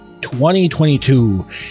2022